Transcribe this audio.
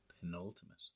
penultimate